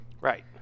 Right